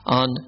on